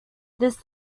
this